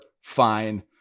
Fine